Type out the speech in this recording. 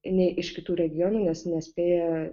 nei iš kitų regionų nes nespėja